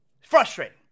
Frustrating